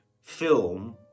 film